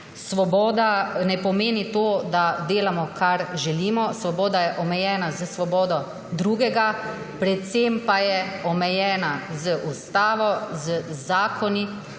Svoboda ne pomeni to, da delamo, kar želimo. Svoboda je omejena s svobodo drugega, predvsem pa je omejena z ustavo, z zakoni,